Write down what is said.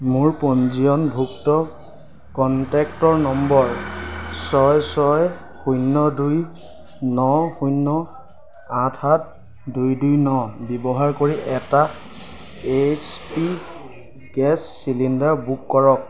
মোৰ পঞ্জীয়নভুক্ত কন্টেক্টৰ নম্বৰ ছয় ছয় শূন্য দুই ন শূন্য আঠ সাত দুই দুই ন ব্যৱহাৰ কৰি এটা H P gas cylinder book কৰক